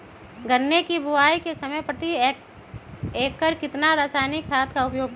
गन्ने की बुवाई के समय प्रति एकड़ कितना रासायनिक खाद का उपयोग करें?